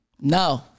No